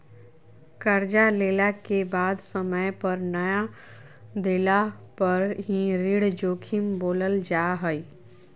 कर्जा लेला के बाद समय पर नय देला पर ही ऋण जोखिम बोलल जा हइ